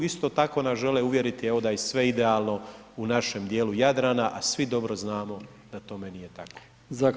Isto tako nas žele uvjeriti, evo da je sve idealno u našem dijelu Jadrana, a svi dobro znamo da tome nije tako.